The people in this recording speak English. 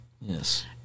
Yes